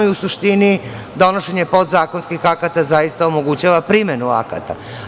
U suštini donošenje zakonskih akata zaista omogućava primenu akata.